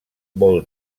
vol